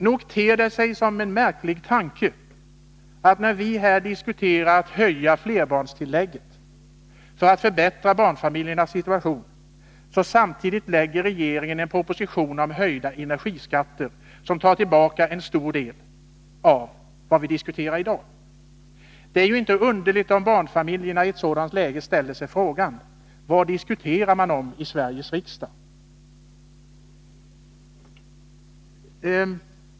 Nog ter det sig som en märklig tanke, att när vi här diskuterar att höja flerbarnstillägget för att förbättra barnfamiljernas situation lägger regeringen samtidigt fram en proposition om höjda energiskatter som tar tillbaka en stor del av de förslag vi diskuterar i dag. Det är ju inte underligt om barnfamiljerna i ett sådant läge ställer sig frågan vad man diskuterar i Sveriges riksdag.